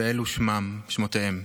ואלו שמותיהם: